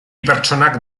pertsonak